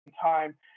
time